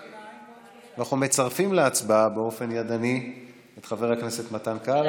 אנחנו מצרפים להצבעה באופן ידני את חבר הכנסת מתן כהנא,